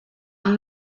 amb